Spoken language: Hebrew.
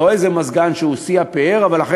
לא איזה מזגן שהוא שיא הפאר אבל אחרי